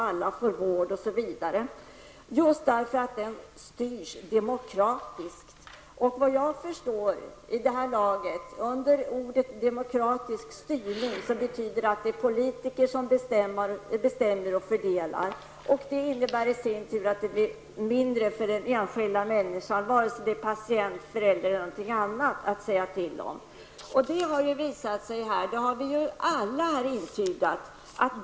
Alla får vård osv. just därför att det hela styrs demokratiskt. Vid det här laget har jag förstått att uttrycket demokratisk styrning betyder att det är politiker som bestämmer och fördelar. Det betyder att den enskilda människan får mindre att säga till om vare sig man är patient, förälder eller någonting annat. Den välfärdspolitiken stämmer inte, och det har vi alla här intygat.